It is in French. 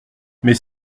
mais